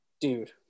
dude